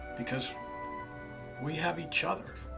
because we have each other.